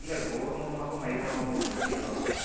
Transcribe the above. இல்லை கோதுமை மாவும் மைதா மாவும் வெச்சு தான் செய்வாங்க